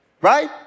right